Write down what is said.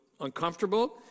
uncomfortable